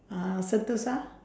uh sentosa